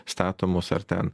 statomus ar ten